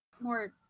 more